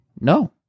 No